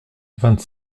vingt